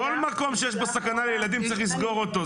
כל מקום שיש בו סכנה לילדים, צריך לסגור אותו.